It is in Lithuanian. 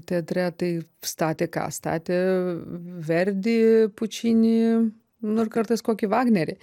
teatre tai statė ką statė verdį pučinį nu ir kartais kokį vagnerį